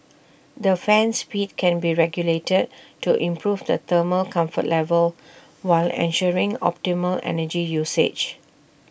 the fan speed can be regulated to improve the thermal comfort level while ensuring optimal energy usage